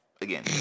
again